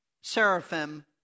Seraphim